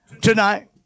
tonight